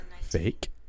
fake